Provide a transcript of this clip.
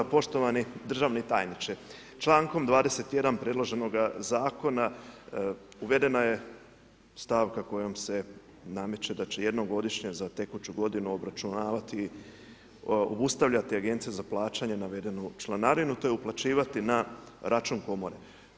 Poštovani državni tajniče, člankom 21. predloženoga zakona uvedena je stavka kojom se nameće da će jednom godišnje za tekuću godinu obračunavati i obustavljati agencije za plaćanje navedenu članarinu te uplaćivati na račun komore.